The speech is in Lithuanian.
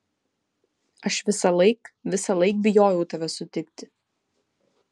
aš visąlaik visąlaik bijojau tave sutikti